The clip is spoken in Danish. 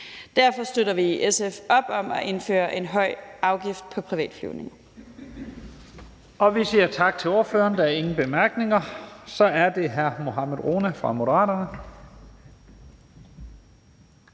Derfor støtter vi i SF op om at indføre en høj afgift på privatflyvning.